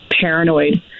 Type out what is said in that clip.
paranoid